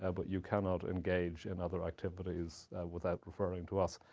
ah but you cannot engage in other activities without referring to us.